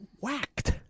whacked